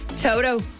Toto